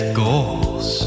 goals